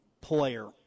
player